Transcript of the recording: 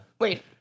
wait